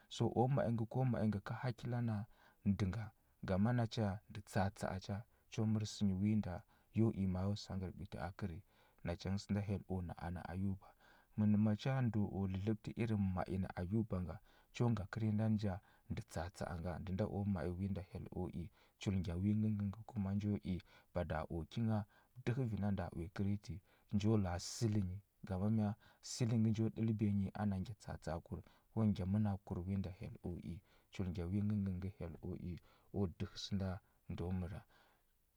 So u ma i ngə ko ma i ngə ga hakila na ndə nga, ngama nacha ndə tsa atsa a cha, cho mər sə wi nda yo i ma sakər ɓiti a kəri, nacha ngə sənda hyel o na anə ayuba. Mə mə macha ndəu o dlədləɓətə irin ma i ayuba nga, cho nga kərnyi ndan ja, ndə tsa atsa a nga, ndə nda o ma i wi nda hyel o i. Chul ngya wi ngəngə ngə kuma njo i. Bada o ki ngha, dəhə vi na ndəa uya kərnyi ti. Njo la a səli nyi, ngama mya? Səli ngə njo ɗəlbiya yi ana ngya tsa atsa akur, ko ngya mənakur wi nda hyel o i. Chul ngya wi ngəngə ngə hyel o i. O dəhə sənda ndəu məra.